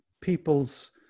people's